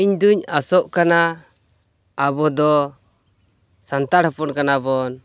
ᱤᱧᱫᱚᱧ ᱟᱥᱚᱜ ᱠᱟᱱᱟ ᱟᱵᱚᱫᱚ ᱥᱟᱱᱛᱟᱲ ᱦᱚᱯᱚᱱ ᱠᱟᱱᱟᱵᱚᱱ